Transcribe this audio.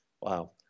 Wow